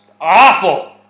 awful